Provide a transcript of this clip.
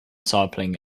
sampling